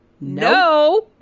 No